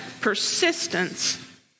persistence